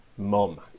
mom